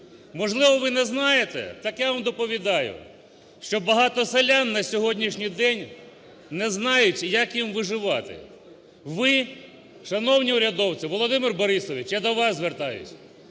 можливо ви не знаєте, так я вам доповідаю, що багато селян на сьогоднішній день не знають, як їм виживати. Ви, шановні урядовці, Володимире Борисовичу, я до вас звертаюся,